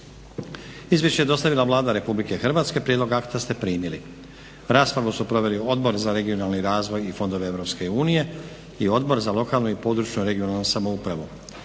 Izvješće je dostavila Vlada RH. Prijedlog akta ste primili. Raspravu su proveli Odbor za regionalni razvoj i fondove EU i Odbor za lokalnu i područnu regionalnu samoupravu.